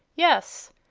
yes.